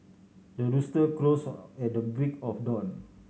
the rooster crows at the break of dawn